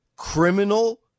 Criminal